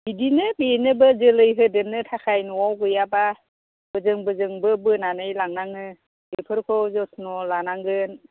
बिदिनो बेनोबो जोलै होदेरनो थाखाय न'आव गैयाब्ला बोजों बोजोंबो बोनानै लांनाङो बेफोरखौ जथन' लानांगोन